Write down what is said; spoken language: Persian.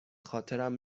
خاطرم